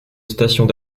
stations